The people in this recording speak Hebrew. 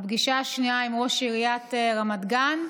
והפגישה השנייה עם ראש עיריית רמת גן,